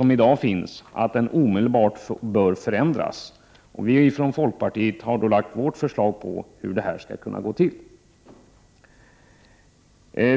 många håll — att den omedelbart bör förändras. Vi från folkpartiet har lagt fram vårt förslag till hur det skall gå till.